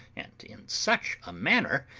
and in such a manner,